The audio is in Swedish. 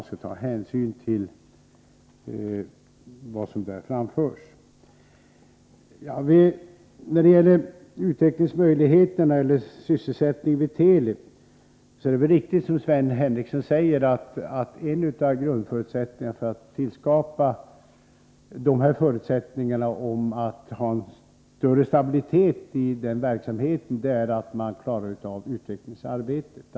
79 När det gäller utvecklingsmöjligheterna och sysselsättningen vid Teli är det väl riktigt som Sven Henricsson säger, att en av grundförutsättningarna för att tillskapa förutsättningar för en större stabilitet i verksamheten är att man klarar av utvecklingsarbetet.